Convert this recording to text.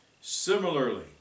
Similarly